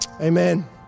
Amen